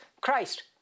Christ